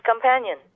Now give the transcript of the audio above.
companion